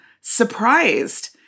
surprised